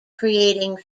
creating